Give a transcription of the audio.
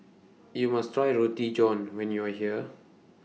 YOU must Try Roti John when YOU Are here